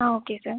ah okay sir